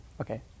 Okay